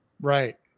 Right